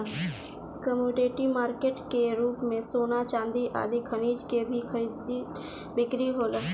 commodity market के रूप में सोना चांदी आदि खनिज के भी खरीद बिक्री होला